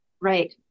Right